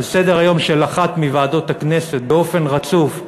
סדר-היום של אחת מוועדות הכנסת באופן רצוף,